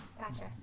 gotcha